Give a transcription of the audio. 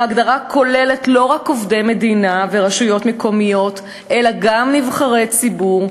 ההגדרה כוללת לא רק עובדי מדינה ורשויות מקומיות אלא גם נבחרי ציבור,